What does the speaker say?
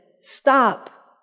stop